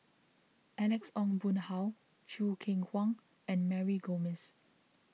Alex Ong Boon Hau Choo Keng Kwang and Mary Gomes